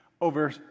over